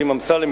חיים אמסלם,